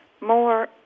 more